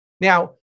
Now